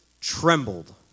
trembled